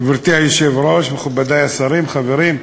גברתי היושבת-ראש, מכובדי השרים, חברים,